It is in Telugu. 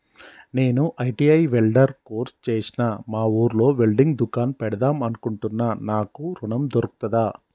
నేను ఐ.టి.ఐ వెల్డర్ కోర్సు చేశ్న మా ఊర్లో వెల్డింగ్ దుకాన్ పెడదాం అనుకుంటున్నా నాకు ఋణం దొర్కుతదా?